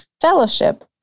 fellowship